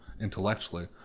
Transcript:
intellectually